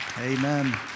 Amen